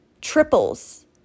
triples